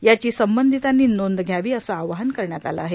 याची संबंधितांनी नोंद घ्यावी असे आवाहन करण्यात आले आहे